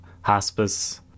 hospice